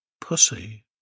pussy